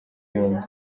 yombi